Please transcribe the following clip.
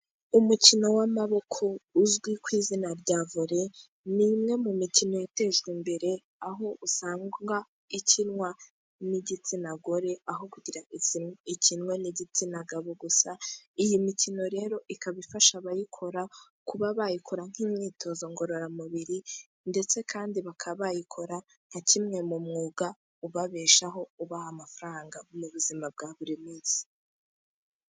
Umukino w'amaboko uzwi ku izina rya vore ni imwe mu mikino yatejwe imbere, aho usanga ikinwa n'igitsina gore, aho gukinwa n'igitsina gabo gusa. Iyi mikino rero ikaba ifasha abayikora kuba bayikora nk'imyitozo ngororamubiri, ndetse kandi bakaba bayikora nka kimwe mu mwuga ubabeshaho ubaha amafaranga mu buzima bwa buri munsi.